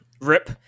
Rip